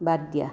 বাদ দিয়া